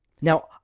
Now